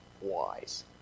wise